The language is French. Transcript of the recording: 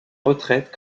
retraite